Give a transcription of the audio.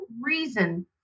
reason